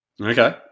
Okay